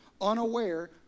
Unaware